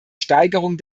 steigerung